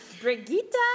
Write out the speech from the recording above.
Brigitte